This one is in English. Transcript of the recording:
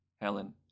Helen